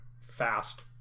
fast